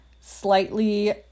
slightly